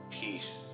peace